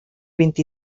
vint